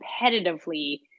competitively